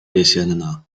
jesienna